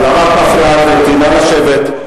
נא לשבת.